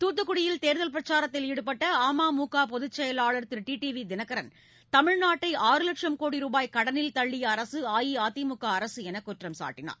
துத்துக்குடியில் தேர்தல் பிரச்சாரத்தில் ஈடுபட்ட அ ம மு க பொதுச்செயலாளர் திரு டி டி வி தினகரன் தமிழ்நாட்டை லட்சம் கோடி ரூபாய் கடனில் தள்ளிய அரசு அஇஅதிமுக அரசு என்று குற்றம்சாட்டினார்